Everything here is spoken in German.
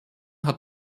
hat